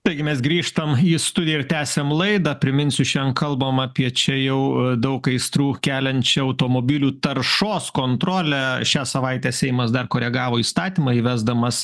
taigi mes grįžtam į studiją ir tęsiam laidą priminsiu šian kalbam apie čia jau daug aistrų keliančią automobilių taršos kontrolę šią savaitę seimas dar koregavo įstatymą įvesdamas